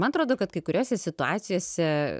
man atrodo kad kai kuriose situacijose